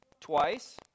twice